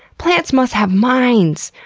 plants must have minds!